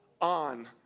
on